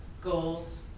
goals